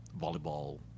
volleyball